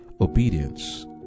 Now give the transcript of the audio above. Obedience